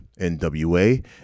NWA